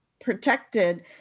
protected